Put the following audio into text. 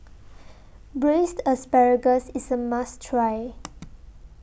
Braised Asparagus IS A must Try